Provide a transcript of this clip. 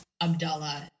Abdullah